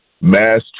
mass